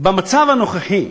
במצב הנוכחי,